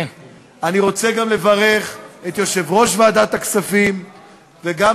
אני רוצה גם לברך את יושב-ראש ועדת הכספים וגם